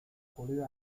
国内外